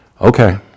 Okay